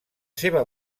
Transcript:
seva